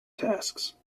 tasks